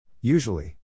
Usually